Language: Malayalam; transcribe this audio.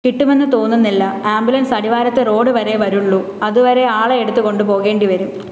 കിട്ടുമെന്ന് തോന്നുന്നില്ല ആമ്പുലൻസ് അടിവാരത്തെ റോഡ് വരെയേ വരുള്ളൂ അതുവരെ ആളെ എടുത്ത് കൊണ്ടുപോകേണ്ടി വരും